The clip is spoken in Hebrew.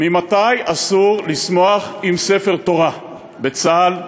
ממתי אסור לשמוח עם ספרי תורה בצה"ל?